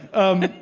of